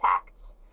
effects